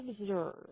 observe